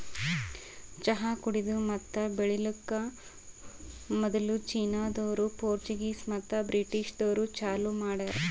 ಚಹಾ ಕುಡೆದು ಮತ್ತ ಬೆಳಿಲುಕ್ ಮದುಲ್ ಚೀನಾದೋರು, ಪೋರ್ಚುಗೀಸ್ ಮತ್ತ ಬ್ರಿಟಿಷದೂರು ಚಾಲೂ ಮಾಡ್ಯಾರ್